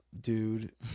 dude